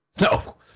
No